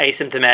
asymptomatic